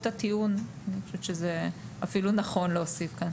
אבל אני חושבת שזה אפילו נכון להוסיף כאן